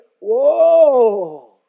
Whoa